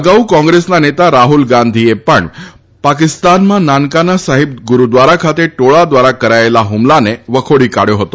અગાઉ કોંગ્રેસના નેતા રાહુલ ગાંધીએ પણ પાકિસ્તાનમાં નાનકાના સાહિબ ગુરૂદ્વારા ખાતે ટોળા દ્વારા કરાયેલા હુમલાને વખોડી કાઢ્યો હતો